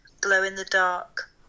glow-in-the-dark